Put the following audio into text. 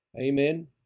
Amen